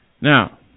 Now